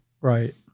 right